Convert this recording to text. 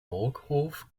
burghof